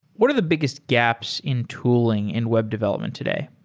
what are the biggest gaps in tooling in web development today?